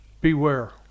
beware